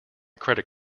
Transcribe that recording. credit